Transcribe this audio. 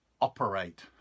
operate